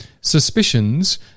suspicions